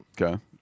Okay